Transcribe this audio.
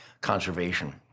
conservation